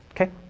Okay